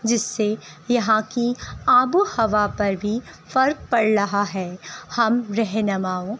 جس سے یہاں کی آب و ہوا پر بھی فرق پڑ رہا ہے ہم رہنماؤں